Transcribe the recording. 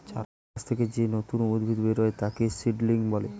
চারা গাছ থেকে যেই নতুন উদ্ভিদ বেরোয় তাকে সিডলিং বলে